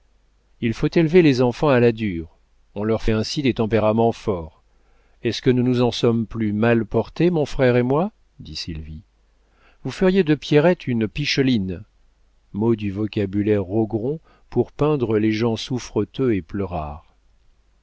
il faut élever les enfants à la dure on leur fait ainsi des tempéraments forts est-ce que nous nous en sommes plus mal portés mon frère et moi dit sylvie vous feriez de pierrette une picheline mot du vocabulaire rogron pour peindre les gens souffreteux et pleurards les